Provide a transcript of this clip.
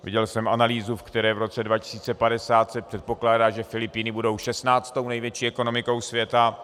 Viděl jsem analýzu, ve které v roce 2050 se předpokládá, že Filipíny budou šestnáctou největší ekonomikou světa.